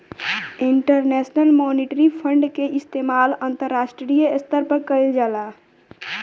international monetary fund के इस्तमाल अंतरराष्ट्रीय स्तर पर कईल जाला